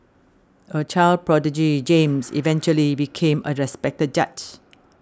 a child prodigy James eventually became a respected judge